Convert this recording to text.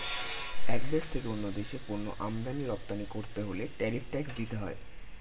এক দেশ থেকে অন্য দেশে পণ্য আমদানি রপ্তানি করতে হলে ট্যারিফ ট্যাক্স দিতে হয়